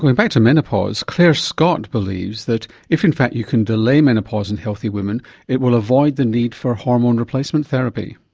back to menopause clare scott believes that if in fact you can delay menopause in healthy women it will avoid the need for hormone replacement therapy.